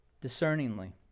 discerningly